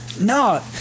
No